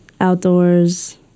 outdoors